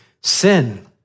sin